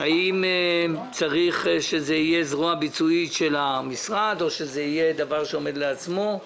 האם צריך שזה יהיה זרוע ביצועית של המשרד או דבר שעומד לעצמו.